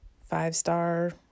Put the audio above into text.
five-star